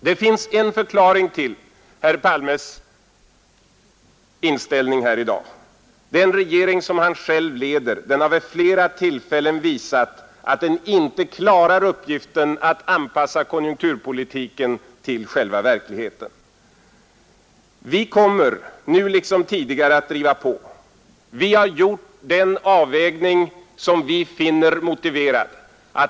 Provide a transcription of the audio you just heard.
Det finns en förklaring till herr Palmes inställning här i dag. Den regering som han själv leder har vid flera tillfällen visat att den inte klarar uppgiften att anpassa konjunkturpolitiken till själva verkligheten. Vi kommer, nu liksom tidigare, att driva på. Vi har gjort den avvägning som vi finner motiverad.